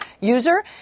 user